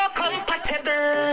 compatible